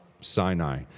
Sinai